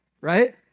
Right